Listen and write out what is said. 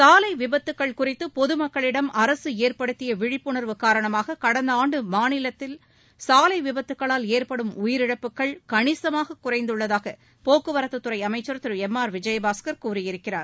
சாலைவிபத்துக்கள் குறித்தபொதுமக்களிடம் அரசுஏற்படுத்தியவிழிப்புணர்வு காரணமாககடந்தஆண்டுமாநிலத்தில் சாலைவிபத்துக்களால் ஏற்படும் உயிரிழப்புகள் கணிசமாககுறைந்துள்ளதாகபோக்குவரத்துத்துறைஅமைச்சர் திருளம் ஆர் விஜயபாஸ்கர் கூறியிருக்கிறார்